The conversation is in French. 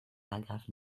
aggravent